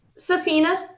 Safina